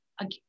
again